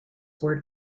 were